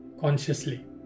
consciously